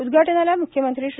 उद्घाटनाला म्ख्यमंत्री श्री